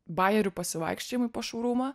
bajerių pasivaikščiojimai po šourumą